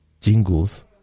jingles